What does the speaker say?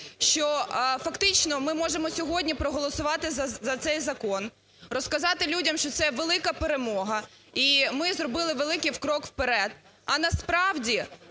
що фактично ми можемо сьогодні проголосувати за цей закон, розказати людям, що це велика перемога і ми зробили великий крок вперед. А насправді